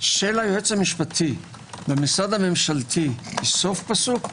של היועץ המשפטי במשרד הממשלתי סוף פסוק?